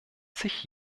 sich